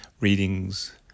readings